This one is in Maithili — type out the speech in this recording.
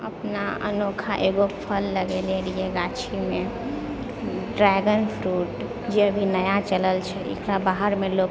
अपना अनोखा एगो फल लगेने रहिए गाछीमे ड्रैगन फ्रूट जे अभी नया चलल छै एकरा बाहरमे लोक